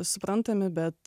suprantami bet